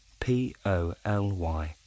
P-O-L-Y